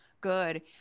good